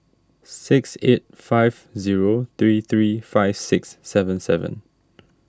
six eight five zero three three five six seven seven